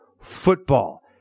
football